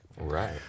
Right